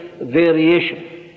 variation